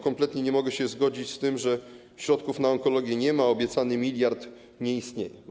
Kompletnie nie mogę się zgodzić z tym, że środków na onkologię nie ma, obiecany miliard nie istnieje.